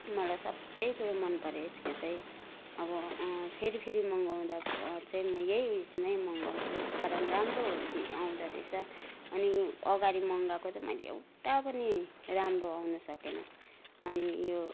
मलाई सबै कुरो मनपऱ्यो यसको चाहिँ अब फेरिफेरि मगाउँदा चाहिँ म यही उइसमै मगाउँछु कारण राम्रो दि आउँदो रहेछ अनि अगाडि मगाएको चाहिँ मैले एउटा पनि राम्रो आउनु सकेन अनि यो